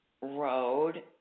Road